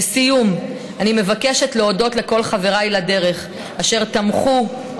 לסיום אני מבקשת להודות לכל חבריי לדרך אשר תמכו,